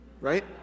right